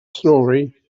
story